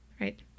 Right